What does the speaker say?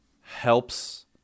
helps